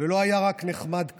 ולא היה רק נחמד כזה.